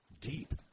deep